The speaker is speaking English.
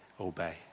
obey